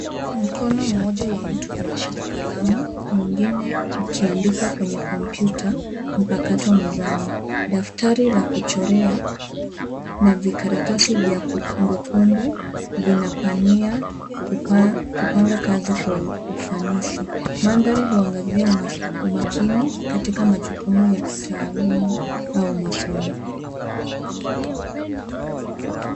Mkono moja wa mtu ume shika kalama mwingine uki andika kwenye kompyuta mpakato mezani daftari la kuchorea na vikaratasi vya kumbukumbu vinapania kupanga kazi kwa ufanisi . Mandhari huongezea umakini katika majukumu ya kitaaluma au masomo.